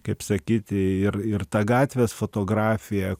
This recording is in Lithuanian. kaip sakyti ir ir ta gatvės fotografija